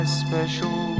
special